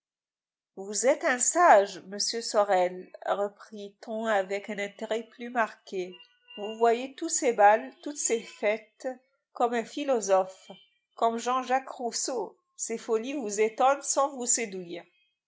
vous êtes un sage monsieur sorel reprit on avec un intérêt plus marqué vous voyez tous ces bals toutes ces fêtes comme un philosophe comme j j rousseau ces folies vous étonnent sans vous séduire